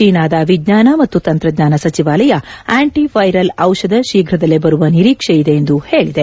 ಚೀನಾದ ವಿಜ್ಞಾನ ಮತ್ತು ತಂತ್ರಜ್ಞಾನ ಸಚಿವಾಲಯ ಆಂಟಿವ್ಯೆರಲ್ ಔಷಧ ಶೀಘ್ರದಲ್ಲೇ ಬರುವ ನಿರೀಕ್ಷೆ ಇದೆ ಎಂದು ಹೇಳಿದೆ